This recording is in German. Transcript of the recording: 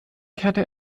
kehrte